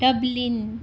dublin